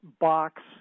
box